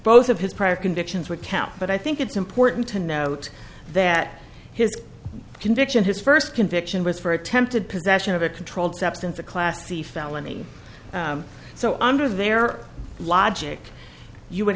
both of his prior convictions would count but i think it's important to note that his conviction his first conviction was for attempted possession of a controlled substance a class c felony so i under their logic you would